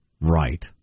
Right